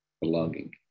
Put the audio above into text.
belonging